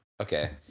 Okay